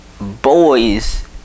boys